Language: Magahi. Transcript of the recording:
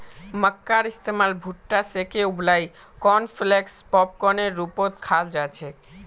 मक्कार इस्तमाल भुट्टा सेंके उबलई कॉर्नफलेक्स पॉपकार्नेर रूपत खाल जा छेक